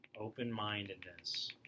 open-mindedness